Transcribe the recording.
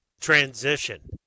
transition